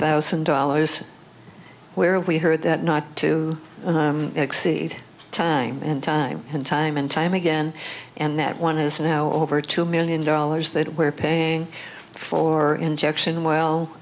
thousand dollars where we heard that not to exceed time and time and time and time again and that one is now over two million dollars that we're paying for injection while